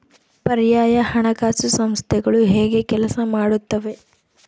ಪರ್ಯಾಯ ಹಣಕಾಸು ಸಂಸ್ಥೆಗಳು ಹೇಗೆ ಕೆಲಸ ಮಾಡುತ್ತವೆ?